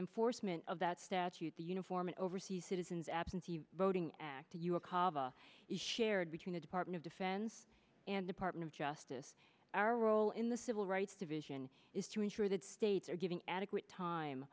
enforcement of that statute the uniform and overseas citizens absentee voting act you acaba is shared between the department of defense and department of justice our role in the civil rights division is to ensure that states are giving adequate time